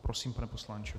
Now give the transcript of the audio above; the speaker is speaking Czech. Prosím, pane poslanče.